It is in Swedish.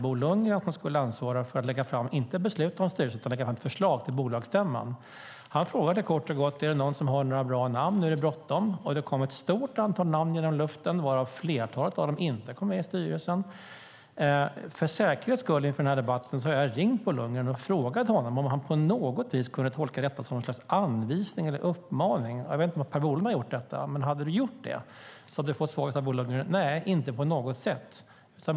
Bo Lundgren - som skulle ansvara inte för att lägga fram ett beslut från styrelsen utan för att lägga fram ett förslag till bolagsstämman - frågade kort och gott: Nu är det bråttom, är det någon som har några bra namn? Det kom ett stort antal namn genom luften, varav flertalet inte kom med i styrelsen. Inför den här debatten har jag för säkerhets skull ringt Bo Lundgren och frågat honom om han på något vis kunde tolka detta som något slags anvisning eller uppmaning. Jag vet inte om Per Bolund har gjort det. Hade du gjort det hade du fått svaret av Bo Lundgren: Nej, inte på något sätt.